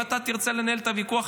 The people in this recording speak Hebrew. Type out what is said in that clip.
אם אתה תרצה לנהל את הוויכוח,